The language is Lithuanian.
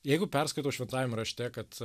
jeigu perskaito šventajame rašte kad